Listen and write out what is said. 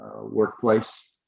workplace